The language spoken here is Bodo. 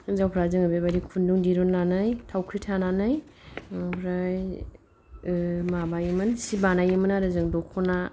हिनजावफ्रा जोङो बेबादि खुन्दुं दिरुननानै थावख्रि थानानै ओमफ्राय माबायोमोन सि बानायोमोन आरो जों दख'ना